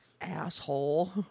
Asshole